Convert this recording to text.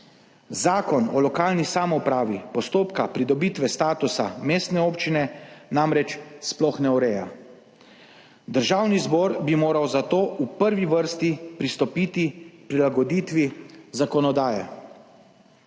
Zakon o lokalni samoupravi postopka pridobitve statusa mestne občine namreč sploh ne ureja. Državni zbor bi moral zato v prvi vrsti pristopiti k prilagoditvi zakonodaje.